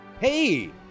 Hey